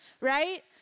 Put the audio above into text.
right